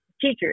teachers